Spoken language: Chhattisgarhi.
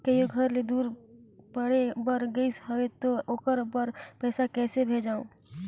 कोई घर ले दूर पढ़े बर गाईस हवे तो ओकर बर पइसा कइसे भेजब?